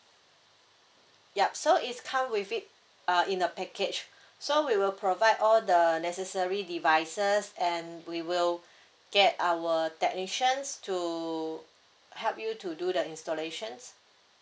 yup so is come with it uh in the package so we will provide all the necessary devices and we will get our technicians to help you to do the installations